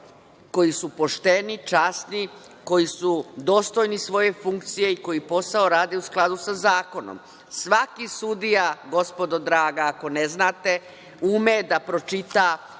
koji su pošteni i časni, koji su dostojni svoje funkcije i koji posao rade u skladu sa zakonom. Svaki sudija, gospodo draga, ako ne znate, ume da pročita